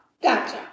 Gotcha